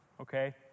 okay